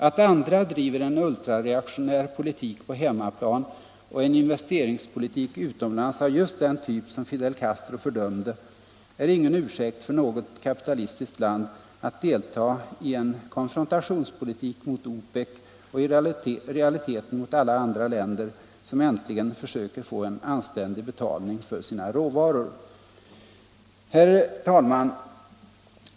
Att andra driver en ultrareaktionär politik på hemmaplan och en investeringspolitik utomlands av just den typ som Fidel Castro fördömde är ingen ursäkt för något kapitalistiskt land att delta i en konfrontationspolitik mot OPEC och i realiteten mot alla andra länder som äntligen försöker få en anständig betalning för sina råvaror. Herr talman!